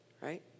right